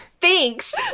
thanks